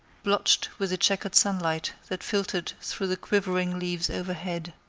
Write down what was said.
blotched with the checkered sunlight that filtered through the quivering leaves overhead.